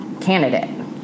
candidate